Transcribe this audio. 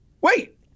Wait